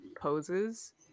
poses